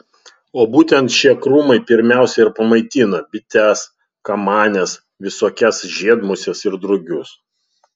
o būtent šie krūmai pirmiausia ir pamaitina bites kamanes visokias žiedmuses ir drugius